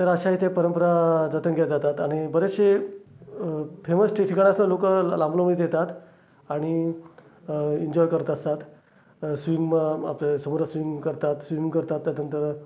तर अशा इथे परंपरा जतन केल्या जातात आणि बरेचसे फेमस ठिकठिकाणातले लोक लांबलांब इथे येतात आणि एन्जॉय करत असतात स्विम आपले समोरच स्विमिंग करतात स्विमिंग करतात तर त्यानंतर